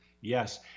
Yes